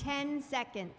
ten second